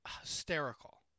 hysterical